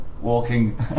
walking